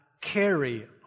carry